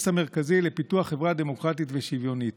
המרכזי לפיתוח חברה דמוקרטית ושוויונית.